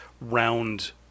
round